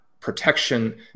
protection